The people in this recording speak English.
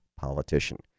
politician